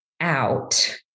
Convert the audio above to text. out